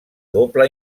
doble